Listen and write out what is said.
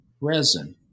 Resin